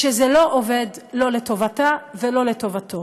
שזה לא עובד, לא לטובתה ולא לטובתו.